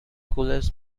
coldest